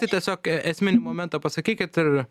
tai tiesiog esminį momentą pasakykit ir